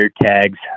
tags